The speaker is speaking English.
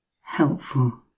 helpful